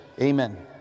amen